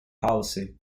policy